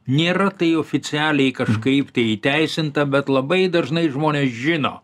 nėra tai oficialiai kažkaip tai įteisinta bet labai dažnai žmonės žino